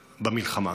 במלחמה.